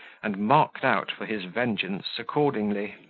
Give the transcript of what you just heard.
and marked out for his vengeance accordingly.